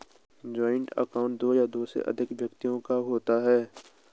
joint account दो या दो से अधिक व्यक्तियों का होता है